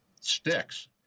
sticks